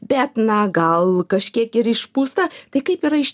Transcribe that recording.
bet na gal kažkiek ir išpūsta tai kaip yra iš